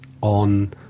on